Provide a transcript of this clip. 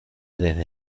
desde